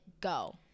go